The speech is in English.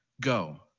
go